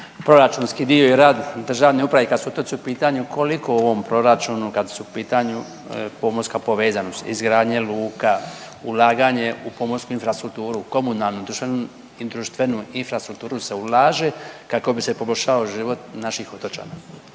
proračunski dio i rad državne uprave kad su otoci u pitanju, koliko u ovom proračunu kad su u pitanju pomorska povezanost, izgradnje luka, ulaganje u pomorsku infrastrukturu, u komunalnu i društvenu infrastrukturu se ulaže kako bi se poboljšao život naših otočana?